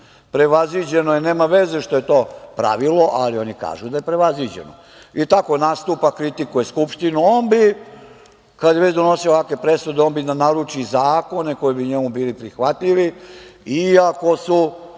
prevaziđeno. Nema veze što je to pravilo, ali oni kažu da je to prevaziđeno. I tako nastupa, kritikuje Skupštinu. Kada je već donosio ovakve presude, on bi da naruči zakone koji bi mu bili prihvatljivi i ako su